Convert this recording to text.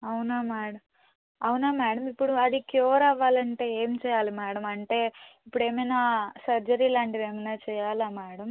అవునా మ్యాడమ్ అవునా మ్యాడమ్ ఇప్పుడు అది క్యూర్ అవ్వాలంటే ఏమి చేయాలి మ్యాడమ్ అంటే ఇప్పుడు ఏమన్న సర్జరీ లాంటిది ఏమన్న చేయాలా మ్యాడమ్